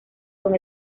son